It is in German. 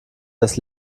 das